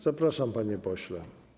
Zapraszam, panie pośle.